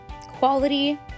quality